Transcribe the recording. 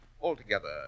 altogether